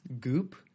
Goop